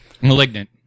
Malignant